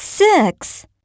Six